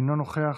אינו נוכח,